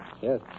Yes